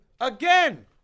again